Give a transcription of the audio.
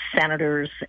Senators